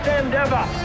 endeavor